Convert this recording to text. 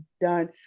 done